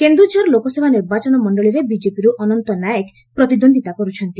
କେନ୍ଦୁଝର ଲୋକସଭା ନିର୍ବାଚନମଣ୍ଡଳୀରେ ବିଜେପିର୍ ଅନନ୍ତ ନାୟକ ପ୍ରତିଦ୍ୱନ୍ଦିତା କରୁଛନ୍ତି